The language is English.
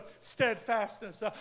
steadfastness